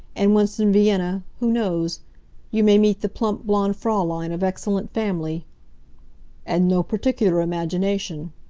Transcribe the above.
and once in vienna who knows you may meet the plump blond fraulein, of excellent family and no particular imagination